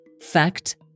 Fact